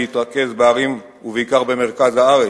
להתרכז בערים ובעיקר במרכז הארץ,